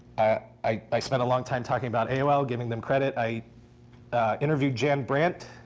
i i spent a long time talking about aol, giving them credit. i interviewed jan brandt,